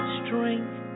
strength